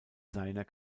seiner